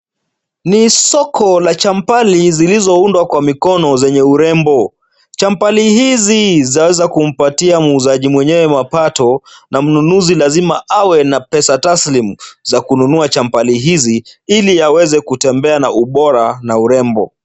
Ni soko la champali zilizoundwa kwa mikono zenye urembo ,champali hizi zaweza kumpatia muuzaji mwenyewe mapato ,na mnunuzi lazima awe na pesa taslimu za kununua champali hizi ili aweze kutembea na ubora na urembo.